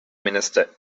minister